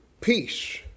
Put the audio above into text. peace